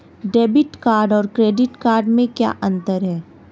Debit card और credit card में क्या अंतर है?